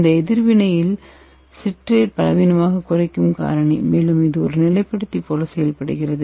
இந்த எதிர்வினையில் சிட்ரேட் பலவீனமான குறைக்கும் காரணி மேலும் இது ஒரு நிலைப்படுத்தி போல செயல்படுகிறது